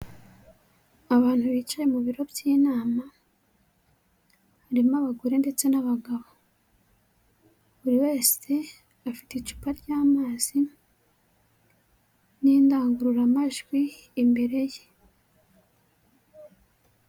Abantu bicaye mu biro by'inama, harimo abagore ndetse n'abagabo, buri wese afite icupa ry'amazi n'indangururamajwi imbere ye.